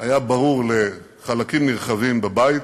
היה ברור לחלקים נרחבים בבית